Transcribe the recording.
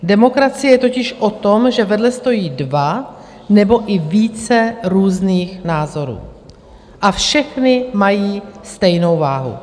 Demokracie je totiž o tom, že vedle stojí dva nebo i více různých názorů a všechny mají stejnou váhu.